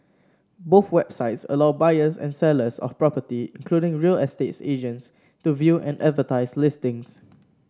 both websites allow buyers and sellers of property including real estate agents to view and advertise listings